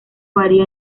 varía